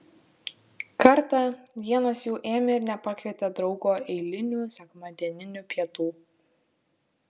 kartą vienas jų ėmė ir nepakvietė draugo eilinių sekmadieninių pietų